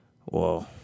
whoa